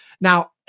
Now